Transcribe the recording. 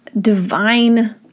divine